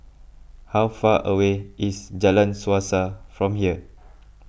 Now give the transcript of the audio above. how far away is Jalan Suasa from here